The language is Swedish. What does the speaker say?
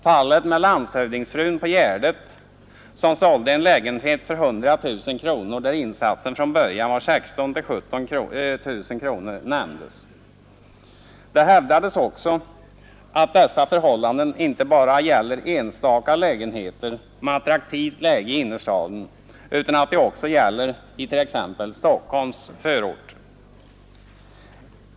Fallet med landshövdingsfrun på Gärdet som sålde en lägenhet för 100 000 kronor där insatsen från början var 16 000-17 000 kronor nämndes. Det hävdades också att dessa förhållanden inte bara gäller enstaka lägenheter med attraktivt läge i innerstaden utan att de också gäller i t.ex. Stockholms förorter.